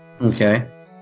Okay